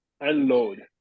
unload